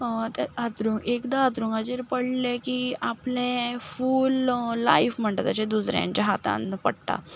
एकदां हांतरुणाचेर पडले की आपलें फूल लायफ म्हणटा तशें दुसऱ्यांच्या हातांत पडटा